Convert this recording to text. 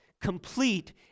complete